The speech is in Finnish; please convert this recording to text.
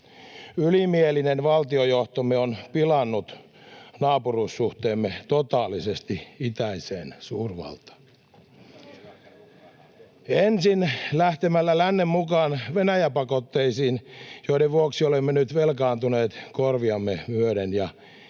ylimielinen valtiojohtomme on pilannut naapuruussuhteemme totaalisesti itäiseen suurvaltaan, ensin lähtemällä lännen mukaan Venäjä-pakotteisiin, joiden vuoksi olemme nyt velkaantuneet korviamme myöden, ja